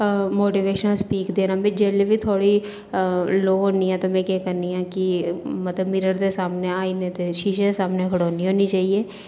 motivational speak देना में जिसलै बी थोह्ड़ी लो होन्नी आं ते में केह् करनी आं कि मतलब मिरर दे सामनै आइने दे शीशे दे सामनै खड़ोनी होन्नी जेइयै